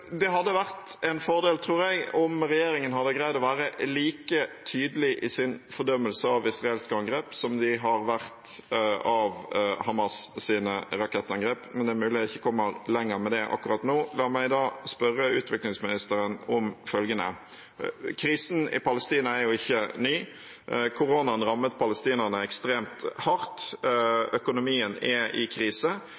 Det blir oppfølgingsspørsmål – først Audun Lysbakken. Det hadde vært en fordel, tror jeg, om regjeringen hadde greid å være like tydelig i sin fordømmelse av israelske angrep som de har vært av Hamas’ rakettangrep. Men det er mulig jeg ikke kommer lenger med det akkurat nå. La meg da spørre utviklingsministeren om følgende: Krisen i Palestina er jo ikke ny. Koronaen rammet palestinerne ekstremt hardt,